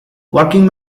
working